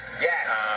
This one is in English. Yes